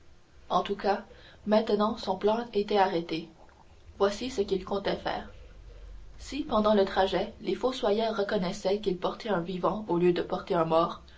en tout cas maintenant son plan était arrêté voici ce qu'il comptait faire si pendant le trajet les fossoyeurs reconnaissaient qu'ils portaient un vivant au lieu de porter un mort